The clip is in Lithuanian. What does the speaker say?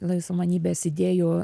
laisvamanybės idėjų